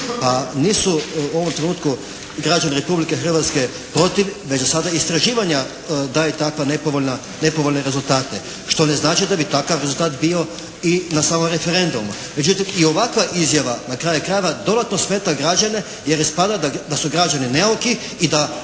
Pa nisu u ovom trenutku građani Republike Hrvatske protiv već sada istraživanja da je takva nepovoljna, nepovoljne rezultate. Što ne znači da bi takav rezultat bio i na samom referendumu. Međutim i ovakva izjava na kraju krajeva dodatno smeta građane jer ispada da su građani neuki i da